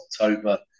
October